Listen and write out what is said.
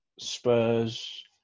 Spurs